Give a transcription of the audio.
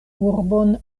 urbon